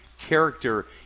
character